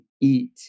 eat